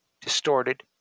distorted